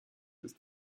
ist